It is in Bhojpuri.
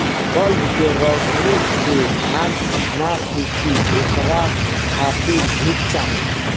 बल्ब के रौशनी से धान न सुखी ओकरा खातिर धूप चाही